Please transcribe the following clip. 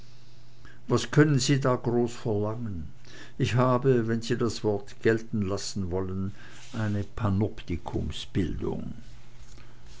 was können sie da groß verlangen ich habe wenn sie das wort gelten lassen wollen ne